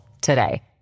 today